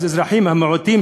אז האזרחים בני המיעוטים,